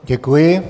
Děkuji.